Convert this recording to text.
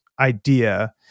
idea